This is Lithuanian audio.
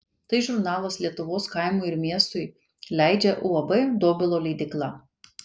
tai žurnalas lietuvos kaimui ir miestui leidžia uab dobilo leidykla